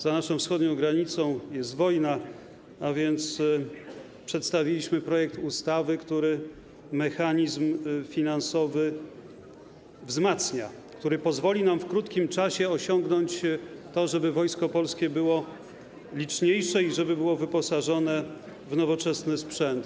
Za naszą wschodnią granicą jest wojna, a więc przedstawiliśmy projekt ustawy, który mechanizm finansowy wzmacnia, który pozwoli nam w krótkim czasie osiągnąć to, żeby Wojsko Polskie było liczniejsze i żeby było wyposażone w nowoczesny sprzęt.